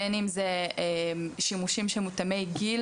בין אם מדובר בשימושים שהם מותאמי גיל